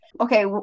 Okay